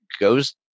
goes